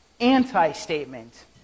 anti-statement